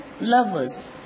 lovers